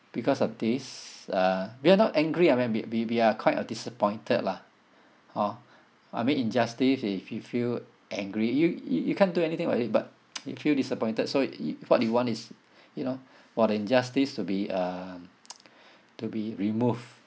because of this uh we are not angry I mean we we we are quite uh disappointed lah orh I mean injustice if you feel angry you you you can't do anything about it but you feel disappointed so i~ what you want is you know for the injustice to be uh to be removed